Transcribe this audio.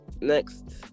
Next